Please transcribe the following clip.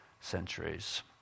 centuries